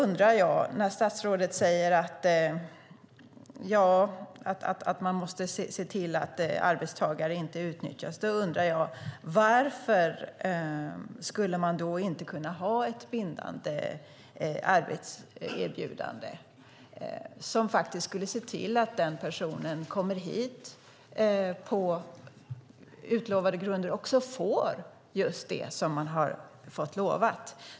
När statsrådet säger att man måste se till att arbetstagare inte utnyttjas undrar jag: Varför skulle man då inte kunna ha ett bindande arbetserbjudande som ser till att den person som kommer hit på utlovade grunder får just det som man har blivit lovad?